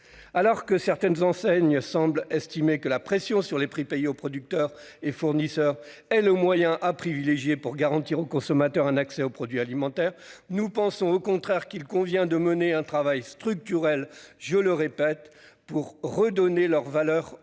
Alors que certaines enseignes semblent estimer que la pression sur les prix payés aux producteurs et fournisseurs est le moyen à privilégier pour garantir aux consommateurs un accès aux produits alimentaires, nous pensons au contraire qu'il convient de mener un travail structurel, je le répète, pour redonner leur valeur aux